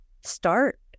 start